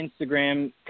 Instagram